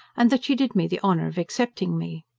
and that she did me the honour of accepting me.